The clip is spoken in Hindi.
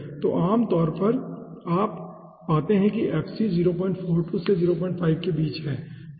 तो आमतौर पर हम पाते हैं कि fc 042 से 05 के बीच है ठीक है